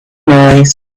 noise